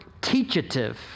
teachative